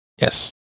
Yes